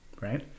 right